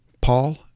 Paul